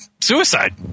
suicide